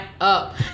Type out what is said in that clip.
up